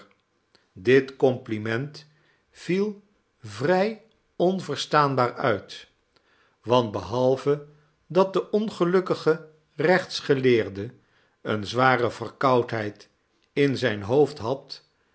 dit compliment viel vrij onverstaanbaar uit want behalve dat de ongelukkige rechtsgeleerde eene zware verkoudheid in zijn hoofd had